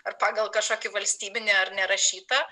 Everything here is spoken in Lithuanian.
ar pagal kažkokį valstybinį ar nerašytą